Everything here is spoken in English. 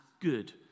good